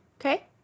Okay